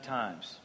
times